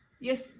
Yes